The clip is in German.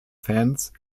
fans